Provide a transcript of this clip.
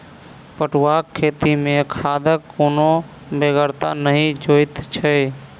पटुआक खेती मे खादक कोनो बेगरता नहि जोइत छै